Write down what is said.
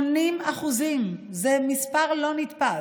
80%. זה מספר לא נתפס.